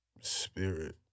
spirit